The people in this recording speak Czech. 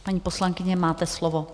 Paní poslankyně, máte slovo.